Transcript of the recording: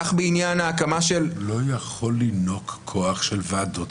כך בעניין ההקמה של --- הוא לא יכול לינוק כוח של ועדות מחוזיות.